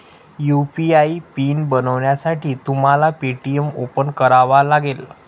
UPI PIN बनवण्यासाठी तुम्हाला Paytm open करावा लागेल